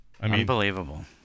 Unbelievable